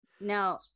Now